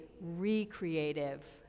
recreative